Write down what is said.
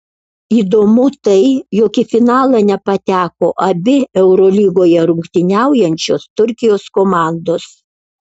įdomu tai jog į finalą nepateko abi eurolygoje rungtyniaujančios turkijos komandos